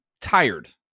tired